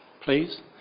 please